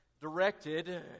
directed